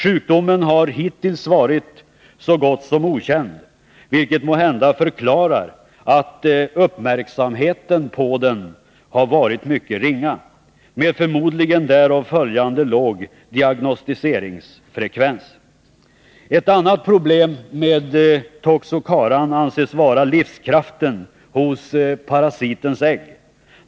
Sjukdomen har hittills varit så gott som okänd, vilket måhända förklarar att uppmärksam 115 heten på den varit mycket ringa med förmodligen därav följande låg diagnostiseringsfrekvens. Ett annat problem med toxocaran anses vara livskraften hos parasitens ägg.